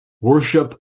worship